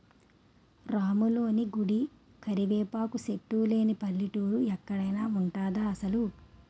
రాములోని గుడి, కరివేపాకు సెట్టు లేని పల్లెటూరు ఎక్కడైన ఉంటదా అసలు?